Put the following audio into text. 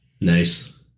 nice